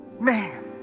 man